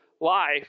life